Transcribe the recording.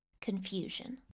confusion